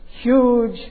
huge